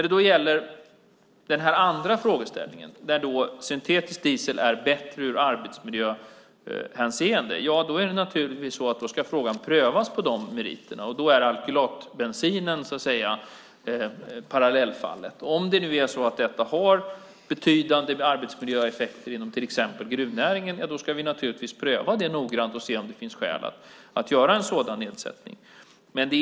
Sedan har vi den andra frågeställningen där syntetisk diesel är bättre i arbetsmiljöhänseende. Då ska frågan naturligtvis prövas på de meriterna. Då är alkylatbensinen parallellfallet. Om detta har betydande arbetsmiljöeffekter inom till exempel gruvnäringen ska vi pröva det noggrant och se om det finns skäl att göra en sådan nedsättning.